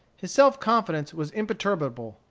his self-confidence was imperturbable,